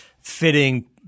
fitting